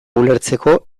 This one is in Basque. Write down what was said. ulertzeko